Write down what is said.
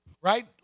Right